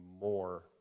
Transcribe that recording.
more